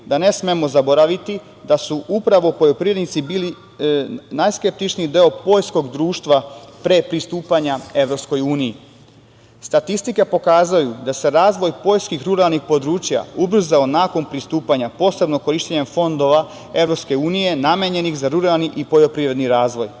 da ne smemo zaboraviti da su upravo poljoprivrednici bili najskeptičniji deo poljskog društva pre pristupanja EU.Statistike pokazuju da se razvoj poljskih ruralnih područja ubrzao nakon pristupanja, posebno korišćenjem fondova EU, namenjenih za ruralni i poljoprivredni razvoj.